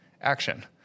action